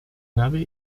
nave